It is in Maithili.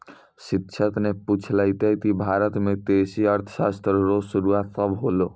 शिक्षक न पूछलकै कि भारत म कृषि अर्थशास्त्र रो शुरूआत कब होलौ